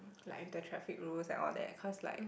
like with the traffic rules and all that cause like